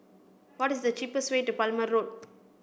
what is the cheapest way to Palmer Road